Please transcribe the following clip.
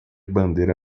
bandeira